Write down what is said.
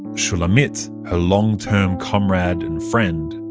shulamit, her long term comrade and friend,